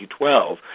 2012